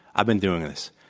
i've been doing this.